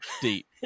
deep